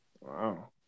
Wow